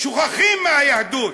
שוכחים מהיהדות,